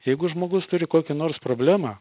jeigu žmogus turi kokią nors problemą